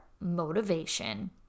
motivation